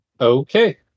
Okay